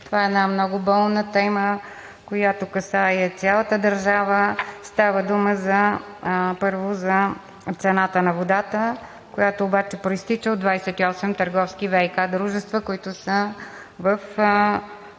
Това е една много болна тема, която касае цялата държава. Става дума, първо, за цената на водата, която обаче произтича от 28 търговски ВиК дружества, които попадат